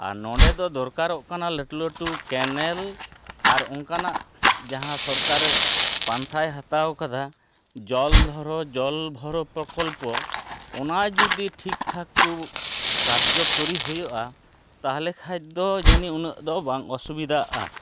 ᱟᱨ ᱱᱚᱸᱰᱮᱫᱚ ᱫᱚᱨᱠᱟᱨᱚᱜ ᱠᱟᱱᱟ ᱞᱟᱹᱴᱩ ᱞᱟᱹᱴᱩ ᱠᱮᱱᱮᱞ ᱟᱨ ᱚᱱᱠᱟᱱᱟᱜ ᱡᱟᱦᱟᱸ ᱥᱚᱨᱠᱟᱨᱮ ᱯᱟᱱᱛᱷᱟᱭ ᱦᱟᱛᱟᱣ ᱠᱟᱫᱟ ᱡᱚᱞ ᱫᱷᱚᱨᱚ ᱡᱚᱞ ᱵᱷᱚᱨᱚ ᱯᱨᱚᱠᱚᱞᱯᱚ ᱚᱱᱟ ᱡᱩᱫᱤ ᱴᱷᱤᱠᱴᱷᱟᱠ ᱠᱚ ᱠᱟᱨᱡᱚᱠᱚᱨᱤ ᱦᱩᱭᱩᱜᱼᱟ ᱛᱟᱦᱚᱞᱮ ᱠᱷᱟᱱᱫᱚ ᱡᱟᱹᱱᱤᱡ ᱩᱱᱟᱹᱫᱚ ᱵᱟᱝ ᱚᱥᱩᱵᱤᱫᱷᱟᱜᱼᱟ